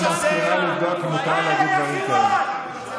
ביקשתי מהמזכירה לבדוק אם מותר להגיד דברים כאלה.